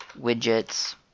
widgets